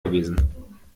gewesen